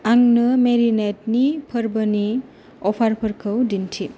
आंनो मेरिनेडनि फोरबोनि अफारफोरखौ दिन्थि